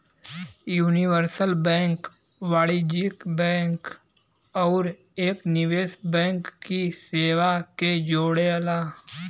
universal bank वाणिज्यिक bank आउर एक निवेश बैंक की सेवा के जोड़ला